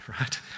right